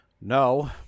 No